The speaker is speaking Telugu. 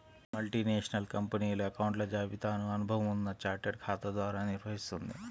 మల్టీనేషనల్ కంపెనీలు అకౌంట్ల జాబితాను అనుభవం ఉన్న చార్టెడ్ ఖాతా ద్వారా నిర్వహిత్తుంది